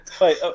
Wait